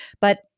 But-